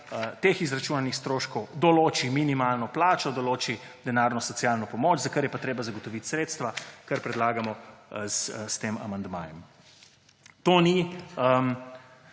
izračunanih stroškov določi minimalno plačo, določi denarno socialno pomoč, za kar je pa treba zagotoviti sredstva, kar predlagamo s tem amandmajem. To ni